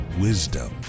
wisdom